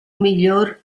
miglior